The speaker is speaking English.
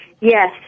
yes